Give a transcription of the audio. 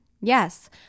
Yes